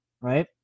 Right